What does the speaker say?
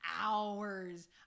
hours